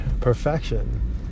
perfection